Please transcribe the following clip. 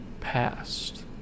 past